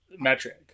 Metric